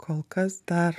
kol kas dar